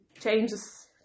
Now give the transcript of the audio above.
changes